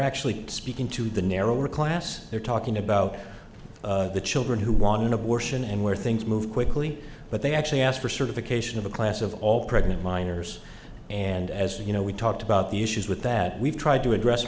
actually speaking to the narrower class they're talking about the children who want an abortion and where things move quickly but they actually ask for certification of a class of all pregnant minors and as you know we talked about the issues with that we've tried to address